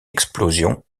explosion